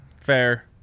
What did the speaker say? Fair